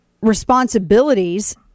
responsibilities